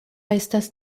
estas